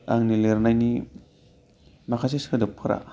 आंनि लिरनायनि माखासे सोदोबफोरा